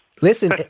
Listen